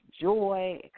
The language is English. joy